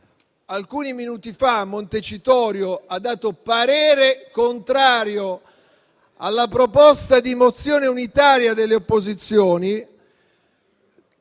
alcuni minuti fa a Montecitorio ha espresso parere contrario alla proposta di mozione unitaria delle opposizioni,